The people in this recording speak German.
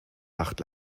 acht